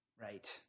Right